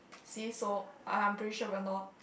see so I'm pretty sure we are not